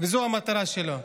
וזו המטרה שלו.